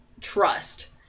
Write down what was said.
trust